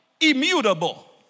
Immutable